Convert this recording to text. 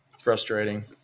Frustrating